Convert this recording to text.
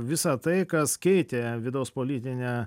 visa tai kas keitė vidaus politinę